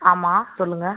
ஆமாம் சொல்லுங்கள்